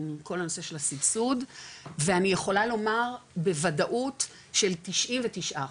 עם כל הנושא של הסבסוד ואני יכולה לומר בוודאות של 99 אחוז,